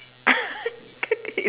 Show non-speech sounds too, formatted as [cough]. [laughs]